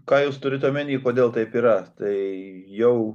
ką jūs turit omeny kodėl taip yra tai jau